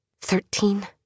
Thirteen